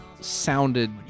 sounded